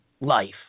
life